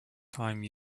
time